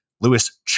Lewis